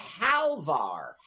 Halvar